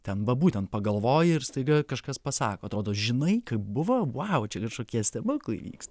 ten va būtent pagalvoji ir staiga kažkas pasako atrodo žinai kaip buvo vau čia kažkokie stebuklai vyksta